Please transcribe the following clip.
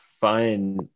fine